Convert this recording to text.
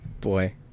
Boy